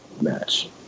match